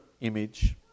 image